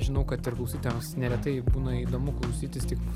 aš žinau kad ir klausytojams neretai būna įdomu klausytis tik